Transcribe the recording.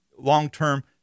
long-term